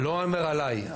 אני לא אומר עלי.